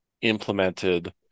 implemented